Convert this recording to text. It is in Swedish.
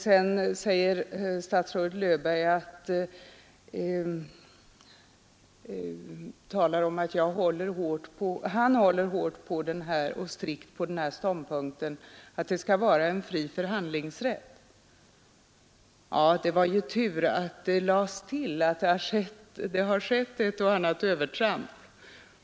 Sedan talar statsrådet Löfberg om att han håller hårt och strikt på att det skall vara en fri förhandlingsrätt. Det var tur att han lade till att det har skett ett och annat övertramp.